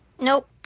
Nope